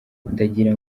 ndagira